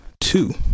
Two